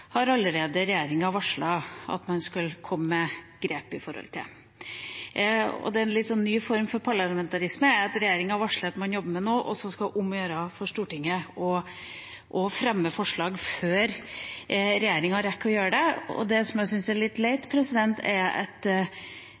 har regjeringa allerede varslet at man skal komme med grep. Det er en litt ny form for parlamentarisme at regjeringa varsler at man jobber med noe, og så er det om å gjøre for Stortinget å fremme forslag før regjeringa rekker å gjøre det. Det som jeg syns er litt leit, er at